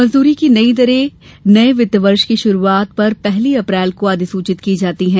मजदूरी की नई दरें नए वित्त वर्ष की शुरूआत पर पहली अप्रैल को अधिसूचित की जाती हैं